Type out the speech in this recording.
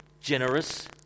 generous